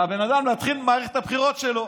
לבן אדם, להתחיל את מערכת הבחירות שלו.